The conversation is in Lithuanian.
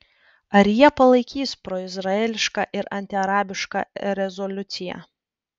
ar jie palaikys proizraelišką ir antiarabišką rezoliuciją